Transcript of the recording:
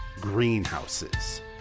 Greenhouses